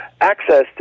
access